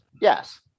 yes